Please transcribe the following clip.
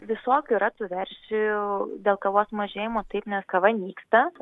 visokių yra tų versijų dėl kavos mažėjimo taip nes kava nyksta